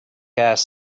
ass